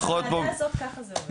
בוועדה הזאת ככה זה עובד.